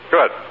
Good